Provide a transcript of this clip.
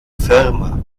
firma